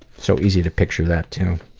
so easy to picture that, too.